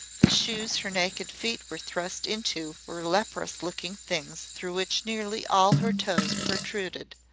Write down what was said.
the shoes her naked feet were thrust into were leprous-looking things through which nearly all her toes protruded.